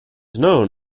known